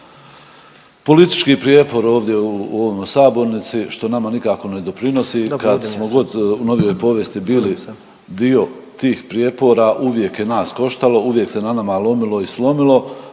politički prijepor ovdje u ovoj sabornici što nama nikako ne doprinosi. Kad smo god u novijoj povijesti bili dio tih prijepora uvijek je nas koštalo, uvijek se na nama lomilo i slomilo,